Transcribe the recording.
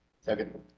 Second